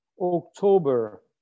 October